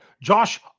Josh